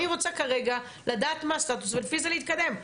אני רוצה כרגע לדעת מה הסטטוס ולפי זה להתקדם.